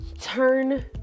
turn